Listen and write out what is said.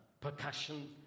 percussion